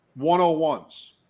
101s